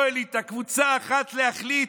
לא אליטה, קבוצה אחת להחליט,